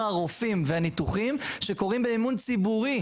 הרופאים והניתוחים שקוראים באמון ציבורי,